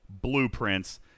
Blueprints